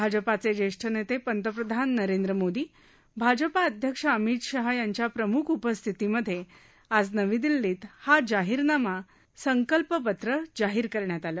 भाजपचे ज्येष्ठ नेते पंतप्रधान नरेंद्र मोदी भाजपाध्यक्ष अमित शाह यांच्या प्रमुख उपस्थितीमधे आज नवी दिल्लीत हा जाहिरनामा संकल्प पत्र जाहीर करण्यात आलं